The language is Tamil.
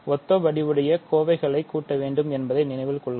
ஒத்த வடிவுடைய கோவைகளை கூட்ட வேண்டும் என்பதைநினைவில் கொள்க